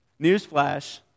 Newsflash